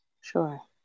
Sure